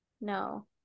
No